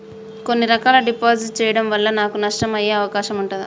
కొన్ని రకాల డిపాజిట్ చెయ్యడం వల్ల నాకు నష్టం అయ్యే అవకాశం ఉంటదా?